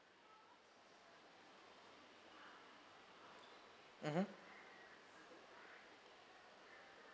mmhmm